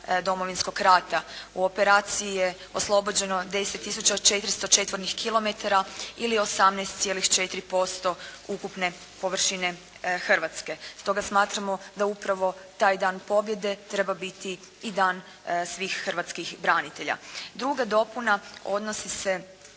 Domovinskog rata. U operaciji je oslobođeno 10 400 četvornih kilometara ili 18,4% ukupne površine Hrvatske. Stoga smatramo da upravo taj dan pobjede treba biti i dan svih hrvatskih branitelja. Druga dopuna odnosi se